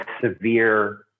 severe